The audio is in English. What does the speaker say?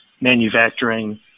manufacturing